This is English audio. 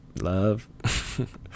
love